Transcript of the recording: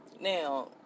Now